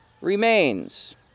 remains